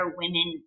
women